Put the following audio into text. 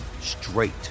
straight